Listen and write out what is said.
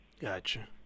Gotcha